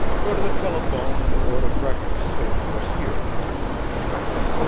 go to the telephone and order breakfast served to us here, murk, he directed.